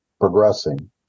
progressing